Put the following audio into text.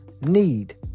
need